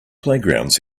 playgrounds